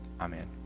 amen